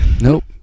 Nope